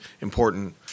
important